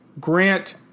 Grant